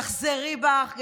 תחזרי בך,